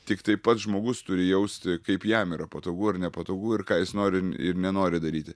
tiktai pats žmogus turi jausti kaip jam yra patogu ar nepatogu ir ką jis nori ir nenori daryti